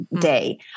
day